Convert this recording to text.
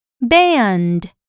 Band